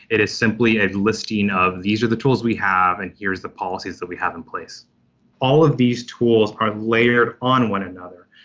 it is simply a listing of these are the tools we have and here's the policies that we have in place all of these tools are layered on one another.